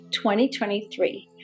2023